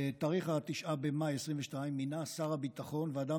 בתאריך 9 במאי 2022 מינה שר הביטחון ועדה